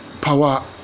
power